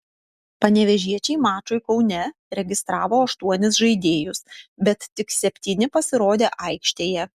panevėžiečiai mačui kaune registravo aštuonis žaidėjus bet tik septyni pasirodė aikštėje